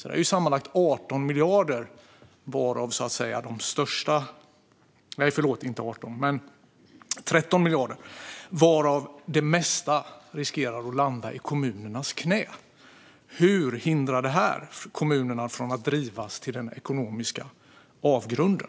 Det är alltså sammanlagt 13 miljarder, varav det mesta riskerar att landa i kommunernas knä. Hur hindrar detta att kommunerna drivs till den ekonomiska avgrunden?